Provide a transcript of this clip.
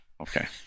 okay